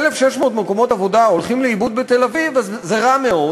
1,600 מקומות עבודה הולכים לאיבוד בתל-אביב זה רע מאוד,